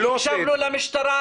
נתנו למשטרה,